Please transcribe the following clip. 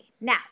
Now